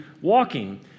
walking